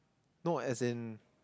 no as in